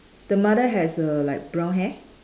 the mother has err like brown hair